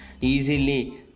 easily